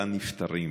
לנפטרים: